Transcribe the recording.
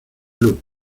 club